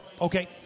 okay